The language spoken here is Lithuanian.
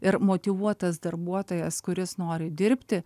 ir motyvuotas darbuotojas kuris nori dirbti